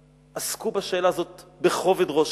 עסקו בשאלה הזאת בכובד ראש,